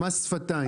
מס שפתיים.